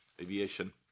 aviation